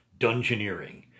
dungeoneering